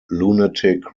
lunatic